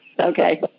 Okay